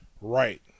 right